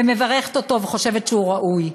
ומברכת אותו, וחושבת שהוא ראוי.